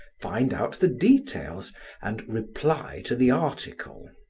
find out the details, and reply, to the article.